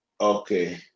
Okay